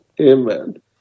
Amen